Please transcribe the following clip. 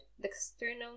external